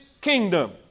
kingdom